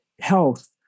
health